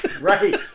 right